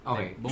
Okay